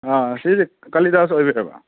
ꯁꯤꯁꯦ ꯀꯂꯤꯗꯥꯁ ꯑꯣꯏꯕꯤꯔꯕ